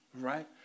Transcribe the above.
right